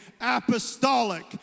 apostolic